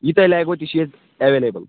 یہِ تۄہہِ لگوٕ تہِ چھِ ییٚتہِ ایویلیبٕل